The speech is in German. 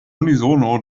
unisono